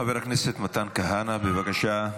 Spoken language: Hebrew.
חבר הכנסת מתן כהנא, בבקשה.